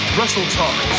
WrestleTalk